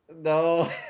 No